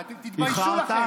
איחרת?